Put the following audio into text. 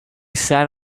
sat